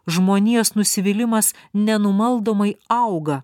žmonijos nusivylimas nenumaldomai auga